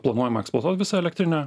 planuojama eksploatuot visą elektrinę